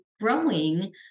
growing